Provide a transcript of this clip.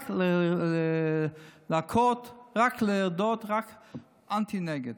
רק להכות, רק לרדות, רק אנטי, נגד.